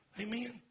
Amen